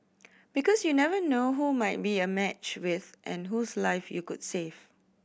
because you never know who might be a match with and whose life you could save